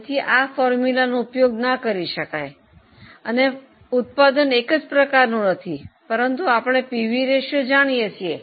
તેથી આ સૂત્રનો ઉપયોગ ના કરી શકાય ઉત્પાદન એક જ પ્રકારનું નથી પરંતુ આપણે પીવી રેશિયો જાણીએ છીએ